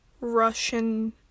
russian